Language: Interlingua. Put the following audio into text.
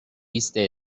iste